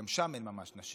גם שם אין ממש נשים.